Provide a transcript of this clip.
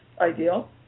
ideal